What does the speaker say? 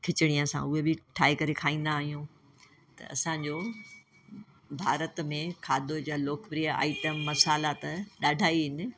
खिचड़ीअ सां उहे बि ठाहे करे खाईंदा आहियूं त असांजो भारत में खाधो जा लोकप्रिय आइटम मसाला त ॾाढा ई आहिनि